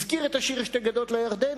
הזכיר את השיר "שתי גדות לירדן",